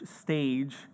stage